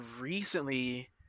recently